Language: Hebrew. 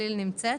כליל נמצאת?